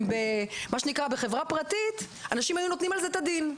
מה שנקרא בחברה פרטית אנשים היו נותנים על זה את הדין.